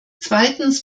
zweitens